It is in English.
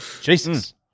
Jesus